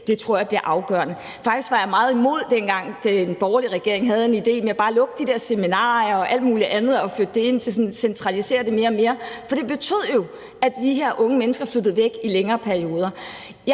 Det tror jeg bliver afgørende. Faktisk var jeg meget imod det, dengang den borgerlige regering havde en idé om bare at lukke de der seminarier og alt muligt andet og flytte det ind og centralisere det mere og mere, for det betød jo, at de her unge mennesker flyttede væk i længere perioder.